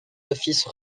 offices